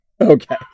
okay